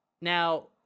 Now